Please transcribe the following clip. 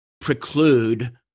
preclude